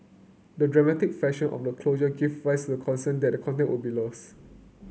the dramatic fashion of the closure gave rise to the concern that the content would be lost